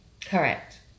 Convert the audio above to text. Correct